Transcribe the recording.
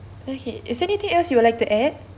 okay is there anything else you would like to add